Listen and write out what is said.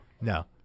No